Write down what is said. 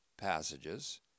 passages